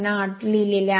8 लिहिलेले आहे